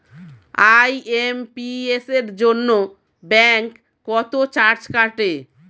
IMPS এর জন্য bank কত চার্জ কাটে?